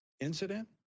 incident